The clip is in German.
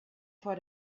vor